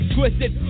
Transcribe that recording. Twisted